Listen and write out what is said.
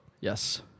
yes